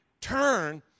turn